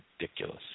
ridiculous